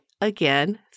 again